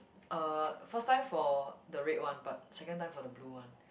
uh first time for the red one but second time for the blue one